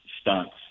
stunts